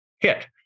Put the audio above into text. hit